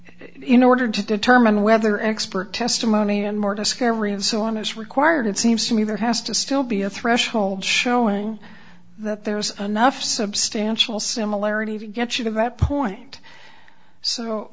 in order to determine whether expert testimony and more discovery and so on is required it seems to me there has to still be a threshold showing that there's enough substantial similarity to get you to that point so